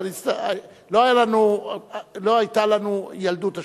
אבל לא היתה לנו ילדות עשוקה.